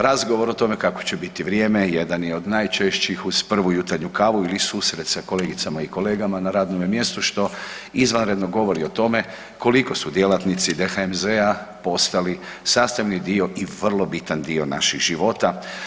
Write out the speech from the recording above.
Razgovor o tome kako će biti vrijeme, jedan je od najčešćih uz prvu jutarnju kavu ili susret sa kolegicama i kolegama na radnome mjestu što izvanredno govori o tome koliko su djelatnici DHMZ-a postali sastavni dio i vrlo bitan dio naših života.